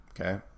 Okay